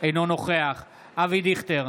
אינו נוכח אבי דיכטר,